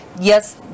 yes